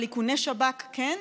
אבל איכוני שב"כ כן?